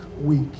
week